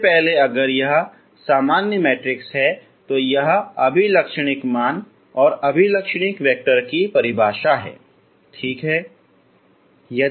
सबसे पहले अगर यह एक सामान्य मैट्रिक्स है तो यह अभिलक्षणिक मान और अभिलक्षणिक वैक्टर की परिभाषा है ठीक है